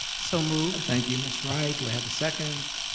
so moved. thank you ms. wright. we have a second?